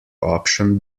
option